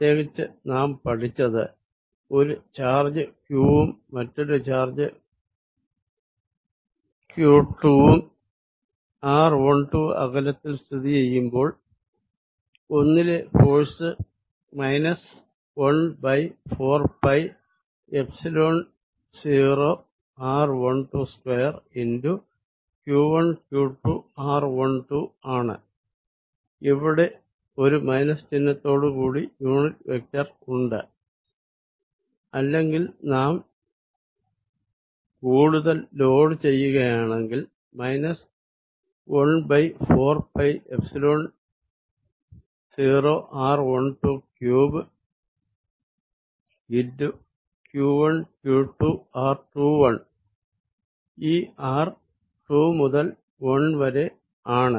പ്രത്യേകിച്ച് നാം പഠിച്ചത് ഒരു ചാർജ് q1 ഉം മറ്റൊരു ചാർജ് q2 വും r12 അകലത്തിൽ സ്ഥിതിചെയ്യുമ്പോൾ 1 ലെ ഫോഴ്സ് 14πϵ0r122 x q1q2r12 ആണ് ഇവിടെ ഒരു മൈനസ് ചിഹ്നത്തോട് കൂടി യൂണിറ്റ് വെക്ടർ ഉണ്ട് അല്ലെങ്കിൽ നാം കൂടുതൽ ലോഡ് ചെയ്യുകയാണെങ്കിൽ 14πϵ0r123 x q1q2r21 ഈ r 2 മുതൽ 1 വരെ ആണ്